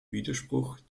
widerspruch